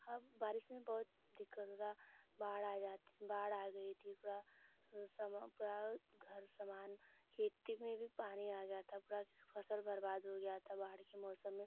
अब बारिश में बहुत दिक्कत होता बाढ़ आ जात बाढ़ आ गई थी पूरा समा पुरा घर समान खेती में भी पानी आ गया था पूरा फसल बर्बाद हो गया था बाढ़ के मौसम में